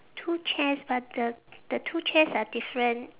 two chairs but the the two chairs are different